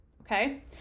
okay